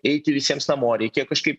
eiti visiems namo reikėjo kažkaip